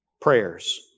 prayers